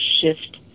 shift